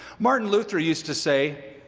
martin luther used to say